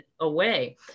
away